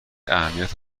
اهمیت